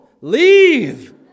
leave